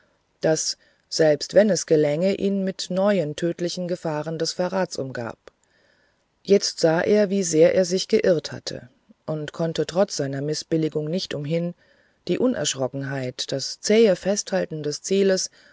das selbst wenn es gelänge ihn mit neuen tödlichen gefahren des verrats umgab jetzt sah er wie sehr er sich geirrt hatte und konnte trotz seiner mißbilligung nicht umhin die unerschrockenheit das zähe festhalten des zieles